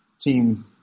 team